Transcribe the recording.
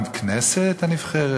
הכנסת הנבחרת?